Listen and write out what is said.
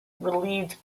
relieved